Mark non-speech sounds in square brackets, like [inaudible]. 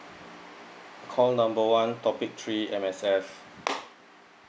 call number one topic three M_S_F [noise]